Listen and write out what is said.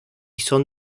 son